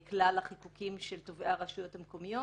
את כלל החיקוקים של תובעי הרשויות המקומיות,